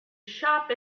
shop